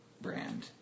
brand